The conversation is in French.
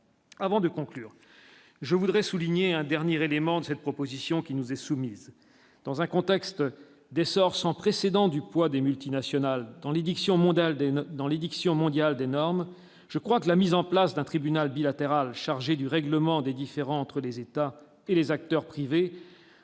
Avant de conclure, je voudrais souligner un dernier élément de cette proposition qui nous est soumise, dans un contexte d'essor sans précédent du poids des multinationales dans l'édiction mondial des notes dans l'édiction mondial d'énormes, je crois que la mise en place d'un tribunal bilatéral chargé du règlement des différends entre les États et les acteurs privés